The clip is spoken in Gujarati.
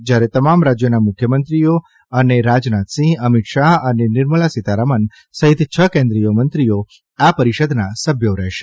જયારે તમામ રાજયોના મુખ્યમંત્રીઓ અને શ્રી રાજનાથસિંહ અમિત શાહ અને નિર્મલા સિતારમણ સહિત છ કેન્દ્રિય મંત્રીઓ આ પરિષદના સભ્યો રહેશે